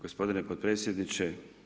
Gospodine potpredsjedniče.